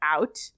out